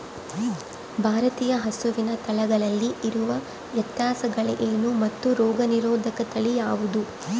ಭಾರತೇಯ ಹಸುವಿನ ತಳಿಗಳಲ್ಲಿ ಇರುವ ವ್ಯತ್ಯಾಸಗಳೇನು ಮತ್ತು ರೋಗನಿರೋಧಕ ತಳಿ ಯಾವುದು?